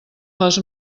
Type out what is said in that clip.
les